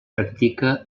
practica